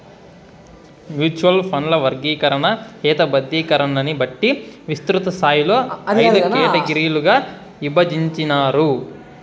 mutual ఫండ్ల వర్గీకరణ, హేతబద్ధీకరణని బట్టి విస్తృతస్థాయిలో అయిదు కేటగిరీలుగా ఇభజించినారు